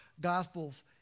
Gospels